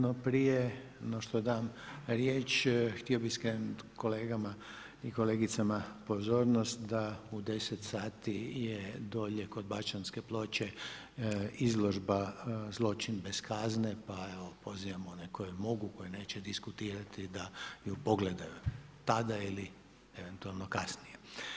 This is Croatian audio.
No prije nego što dam riječ, htio bih skrenuti kolegama i kolegicama pozornost da u 10 sati je dolje kod Bašćanske ploče izložba zločin bez kazne, pa evo pozivam one koji mogu, koji neće diskutirati da ju pogledaju tada ili eventualno kasnije.